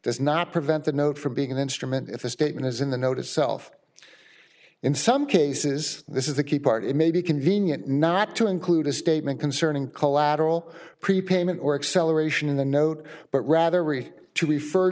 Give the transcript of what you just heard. does not prevent the note from being an instrument if the statement is in the notice self in some cases this is the key part it may be convenient not to include a statement concerning collateral prepayment or acceleration in the note but rather read to refer